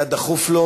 היה דחוף לו,